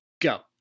go